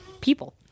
people